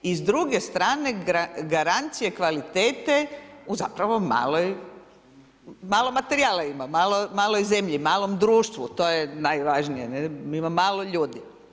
I s druge strane, garancija kvalitete u zapravo malom materijala ima, maloj zemlji ima, malom društvu, to je najvažnije, ima malo ljudi.